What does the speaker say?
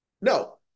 No